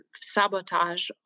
sabotage